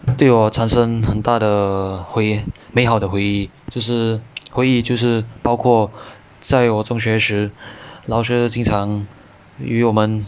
对我产生很大的回忆美好的回忆就是回忆就是包括在我中学时老师经常与我们